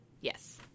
Yes